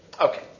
Okay